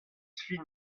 fin